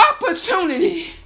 opportunity